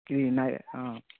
ఇది నావే